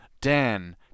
Dan